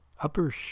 Upper